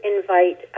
invite